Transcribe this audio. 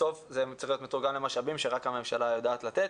בסוף זה צריך להיות מתורגם למשאבים שרק הממשלה יודעת לתת.